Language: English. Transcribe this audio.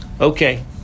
Okay